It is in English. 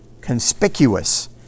conspicuous